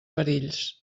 perills